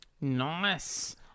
Nice